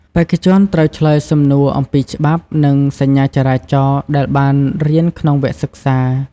បេក្ខជនត្រូវឆ្លើយសំណួរអំពីច្បាប់ និងសញ្ញាចរាចរណ៍ ដែលបានរៀនក្នុងវគ្គសិក្សា។